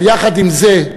אבל יחד עם זה,